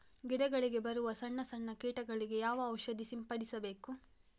ಗಿಡಗಳಿಗೆ ಬರುವ ಸಣ್ಣ ಸಣ್ಣ ಕೀಟಗಳಿಗೆ ಯಾವ ಔಷಧ ಸಿಂಪಡಿಸಬೇಕು?